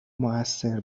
موثر